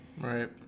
Right